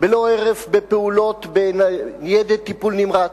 ללא הרף בפעולות בניידת טיפול נמרץ?